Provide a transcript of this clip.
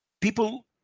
people